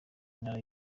intara